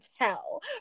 tell